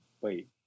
Wait